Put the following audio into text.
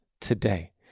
today